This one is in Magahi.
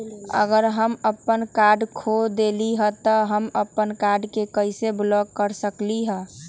अगर हम अपन कार्ड खो देली ह त हम अपन कार्ड के कैसे ब्लॉक कर सकली ह?